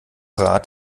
rat